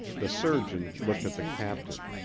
the surgeon looked at the captain.